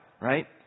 right